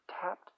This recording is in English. tapped